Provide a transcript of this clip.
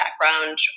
background